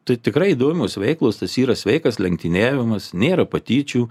tai tikrai įdomios veiklos tas yra sveikas lenktyniavimas nėra patyčių